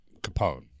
capone